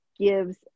gives